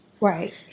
Right